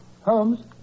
Holmes